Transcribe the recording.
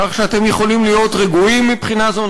כך שאתם יכולים להיות רגועים מבחינה זו.